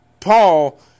Paul